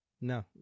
No